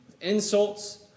insults